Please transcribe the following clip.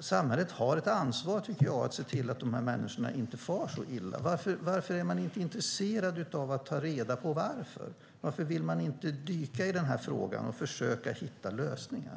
Samhället har ett ansvar, tycker jag, att se till att de här människorna inte far så illa. Varför är man inte intresserad av att ta reda på varför? Varför vill man inte dyka i den här frågan och försöka hitta lösningar?